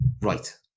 right